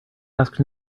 ask